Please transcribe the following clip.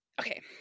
okay